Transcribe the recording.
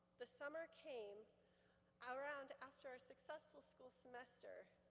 the summer came around after a successful school semester.